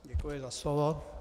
Děkuji za slovo.